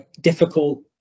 difficult